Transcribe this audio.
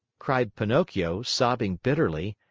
cried pinocchio, sobbing bitterly.